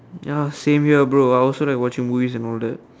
ya same here bro I also like watching movies and all that